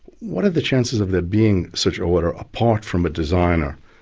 what are the chances of there being such order apart from a designer?